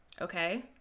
okay